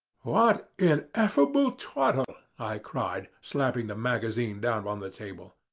what and ineffable twaddle! i cried, slapping the magazine down on the table,